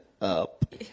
up